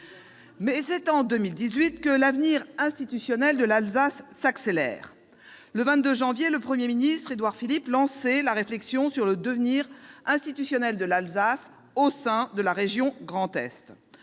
Mais c'est en 2018 que l'avenir institutionnel de l'Alsace s'accélère. Le 22 janvier, le Premier ministre, Édouard Philippe, lançait la réflexion sur le devenir institutionnel de l'Alsace au sein de la région Grand Est.